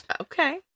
Okay